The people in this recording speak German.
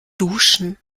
duschen